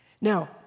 Now